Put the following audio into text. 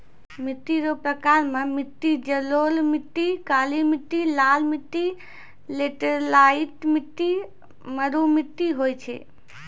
मिट्टी रो प्रकार मे मट्टी जड़ोल मट्टी, काली मट्टी, लाल मट्टी, लैटराईट मट्टी, मरु मट्टी होय छै